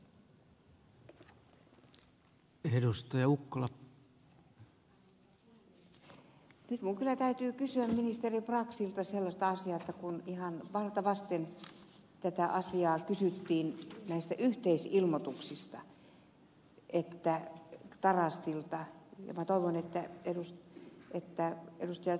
nyt minun kyllä täytyy kysyä ministeri braxilta sellaista asiaa kun ihan varta vasten kysyttiin näistä yhteisilmoituksista tarastilta ja minä toivon että ed